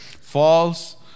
false